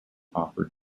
offered